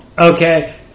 Okay